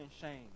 shame